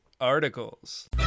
Articles